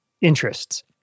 interests